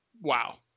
Wow